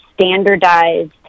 standardized